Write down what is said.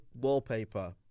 wallpaper